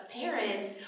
parents